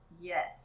Yes